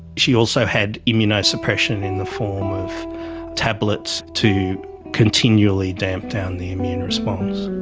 she also had immunosuppression in the form of tablets to continually damp down the immune response.